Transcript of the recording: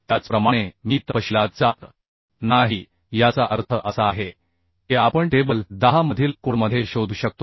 त्याचप्रमाणे मी तपशीलात जात नाही याचा अर्थ असा आहे की आपण टेबल 10 मधील कोडमध्ये शोधू शकतो